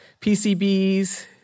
PCBs